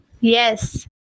Yes